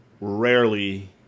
rarely